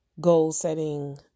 goal-setting